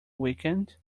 weekend